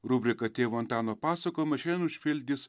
rubrika tėvo antano pasakojimai šiandien užpildys